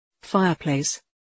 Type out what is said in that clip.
Fireplace